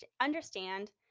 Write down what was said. understand